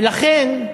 ולכן,